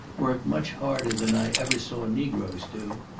worked much harder than i ever saw negroes do.